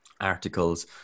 articles